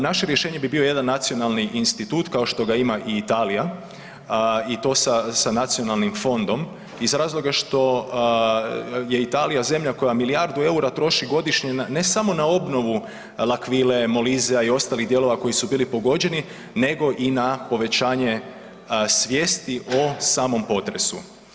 Naše rješenje bi bio jedan nacionalni institut kao šta ima Italija i to sa nacionalnim fondom iz razloga što je Italija zemlja koja milijardu eura troši godišnje ne samo na obnovu L'Aquile, Molisea i ostalih dijelova koji su bili pogođeni nego i na povećanje svijesti o samom potresu.